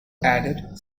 added